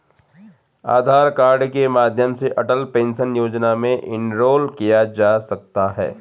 आधार card के माध्यम से अटल पेंशन योजना में इनरोल किया जा सकता है